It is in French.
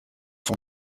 sont